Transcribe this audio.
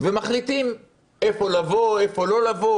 ומחליטים לאיפה לבוא ולאיפה לא לבוא.